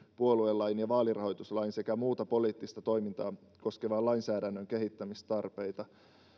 puoluelain ja vaalirahoituslain sekä muuta poliittista toimintaa koskevaa lainsäädännön kehittämistarpeita